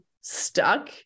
stuck